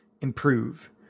improve